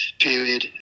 period